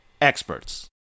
experts